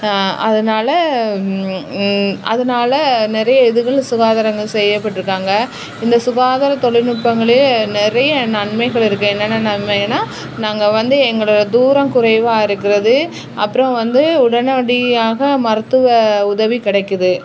அதனால் அதனால் நிறைய இதுகளில் சுகாதாரங்கள் செய்யப்பட்டிருக்காங்க இந்த சுகாதார தொலில்நுட்பங்களே நிறைய நன்மைகள் இருக்குது என்னென்னா நன்மைனால் நாங்கள் வந்து எங்களோடய தூரம் குறைவாக இருக்கிறது அப்புறோம் வந்து உடனடியாக மருத்துவ உதவி கிடைக்கிது